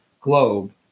globe